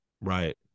right